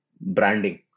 branding